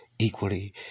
Equally